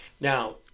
Now